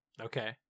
Okay